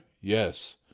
Yes